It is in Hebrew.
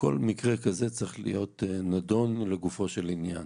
כל מקרה כזה צריך להיות נדון לגופו של עניין.